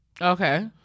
Okay